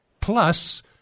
plus